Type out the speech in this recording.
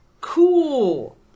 cool